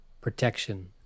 protection